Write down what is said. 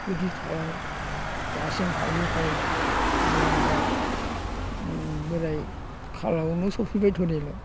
बिदि खालामो दासिम फैयै फैयै नै आं दा बोराय खालावनो सफैबाय धरिल'